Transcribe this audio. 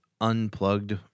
unplugged